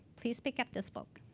please pick up this book.